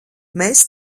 mēs